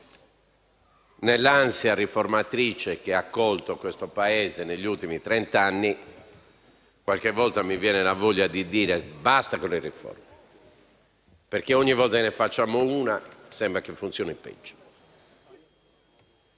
nell'ansia riformatrice che ha colto questo Paese negli ultimi trent'anni (qualche volta mi viene voglia di dire basta con le riforme, perché ogni volta che ne facciamo una sembra che funzioni peggio)